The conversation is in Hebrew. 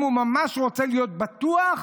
אם הוא ממש רוצה להיות בטוח,